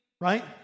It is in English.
right